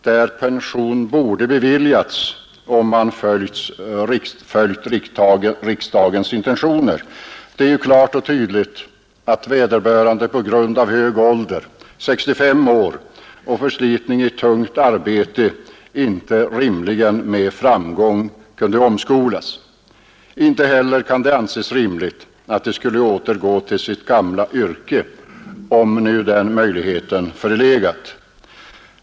där pension borde beviljas, om man följt riksdagens intentioner. Det är klart och tydligt att vederböran de på grund av hög älder — 65 år — och förslitning i tungt arbete inte rimligen med framgång kunde omskolas. Inte heller kan det anses rimligt att de skulle återgå till sitt gamla yrke, om nu den möjligheten förelegat.